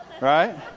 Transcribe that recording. Right